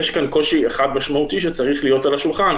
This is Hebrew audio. יש כאן קושי אחד משמעותי שצריך להיות על השולחן: